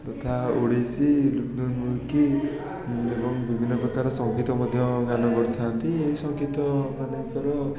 ତଥା ଓଡ଼ିଶୀ ମୁଲକି ଏବଂ ବିଭିନ୍ନପ୍ରକାର ସଙ୍ଗୀତ ମଧ୍ୟ ଗାନ କରିଥାନ୍ତି ଏଇ ସଙ୍ଗୀତ ମନେକର